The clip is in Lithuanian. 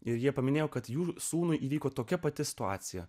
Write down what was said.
ir jie paminėjo kad jų sūnui įvyko tokia pati situacija